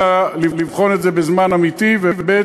לבחון את זה בזמן אמיתי, וב.